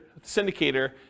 syndicator